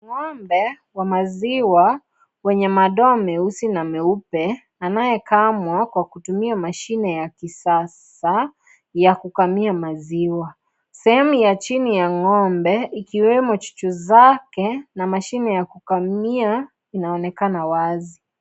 Ngombe wa maziwa wenye madoa meusi na meupe anayekamwa kutumia mashine ya kisasa ya kukamia maziwa. Sehemu ya chini ya ngombe ikiwemo chuchu zake na mashine ya kukamia inaonekana wazi.